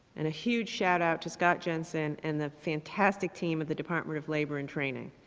and a huge shoutout to scott jensen and the fantastic team at the department of labor and training.